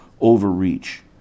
overreach